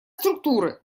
структуры